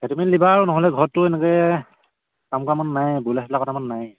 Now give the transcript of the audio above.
কাটি মেলি দিবা আৰু নহ'লে ঘৰততো এনেকৈ কাম কৰা মানুহ নাইয়ে ব্ৰয়লা চইলা কটা মানুহ নাইয়ে